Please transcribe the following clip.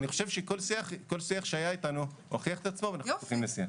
אני חושב כל שיח שהיה איתנו הוכיח את עצמו ואנחנו פתוחים לשיח.